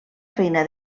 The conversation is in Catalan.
feina